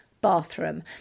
bathroom